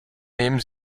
nehmen